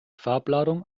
farbladung